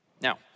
Now